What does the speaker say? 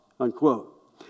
Unquote